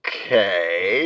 Okay